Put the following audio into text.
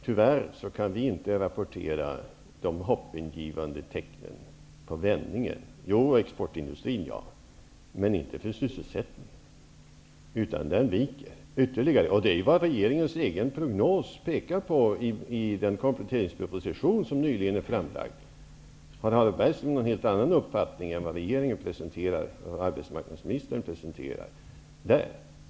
Tyvärr kan vi inte rapportera några hoppingivande tecken på en vändning -- ja, visserligen för exportindustrin, men inte för sysselsättningen, som viker ytterligare. I den riktningen pekar också regeringens egen prognos i den kompletteringsproposition som nyligen är framlagd. Har Harald Bergström en helt annan uppfattning än den som arbetsmarknadsministern och regeringen presenterar där?